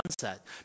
sunset